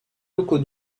locaux